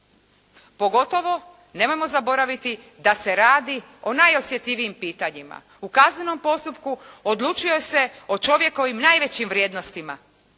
Pogotovo nemojmo zaboraviti da se radi o najosjetljivijim pitanjima. U kaznenom postupku odlučuje se o čovjekovim najvećim vrijednostima,